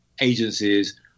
agencies